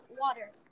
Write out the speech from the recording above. water